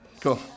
Cool